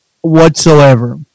whatsoever